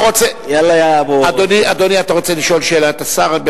אני רוצה, אדוני, אתה רוצה לשאול את השר שאלה?